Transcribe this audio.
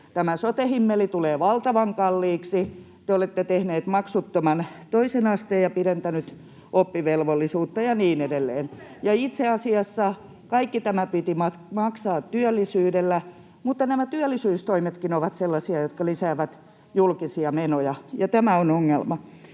sote-himmeli tulee valtavan kalliiksi. Te olette tehneet maksuttoman toisen asteen ja pidentäneet oppivelvollisuutta ja niin edelleen. [Anne Kalmarin välihuuto] Itse asiassa kaikki tämä piti maksaa työllisyydellä, mutta nämä työllisyystoimetkin ovat sellaisia, jotka lisäävät julkisia menoja — tämä on ongelma.